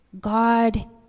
God